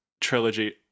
trilogy